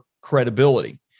credibility